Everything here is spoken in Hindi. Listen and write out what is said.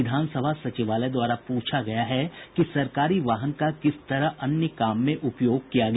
विधानसभा सचिवालय द्वारा पूछा गया है कि सरकारी वाहन का किस तरह अन्य काम में उपयोग किया गया